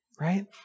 right